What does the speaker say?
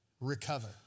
recover